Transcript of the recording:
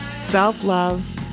self-love